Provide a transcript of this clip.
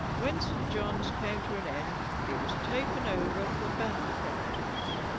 when st john's came to an end it was taken over for band practice